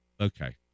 Okay